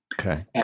Okay